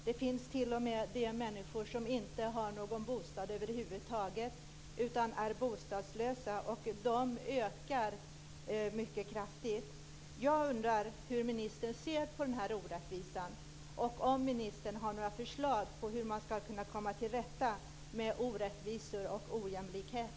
Det finns t.o.m. de människor som inte har någon bostad över huvud taget utan är bostadslösa, och den andelen ökar mycket kraftigt.